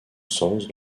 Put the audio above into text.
sens